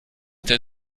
der